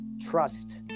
trust